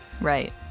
Right